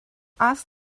ask